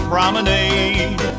Promenade